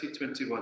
2021